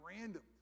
random